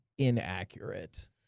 inaccurate